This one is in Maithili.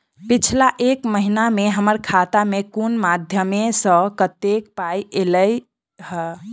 पिछला एक महीना मे हम्मर खाता मे कुन मध्यमे सऽ कत्तेक पाई ऐलई ह?